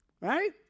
Right